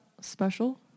Special